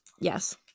Yes